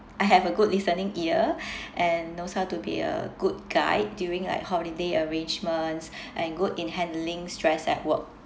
I have a good listening ear and knows how to be a good guide during like holiday arrangements and good in handling stress at work